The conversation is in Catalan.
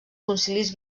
concilis